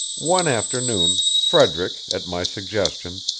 one afternoon frederick, at my suggestion,